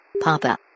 Papa